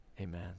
Amen